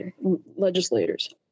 legislators